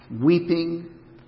weeping